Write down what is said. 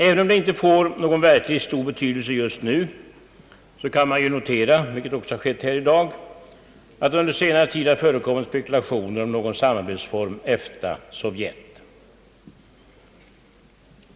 även om det inte får någon verkligt stor betydelse just nu kan man notera — vilket också skett i dag —- att det under senare tid har förekommit spekulationer om någon samarbetsform EFTA-Sovjet.